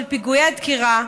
פיגועי הדקירה?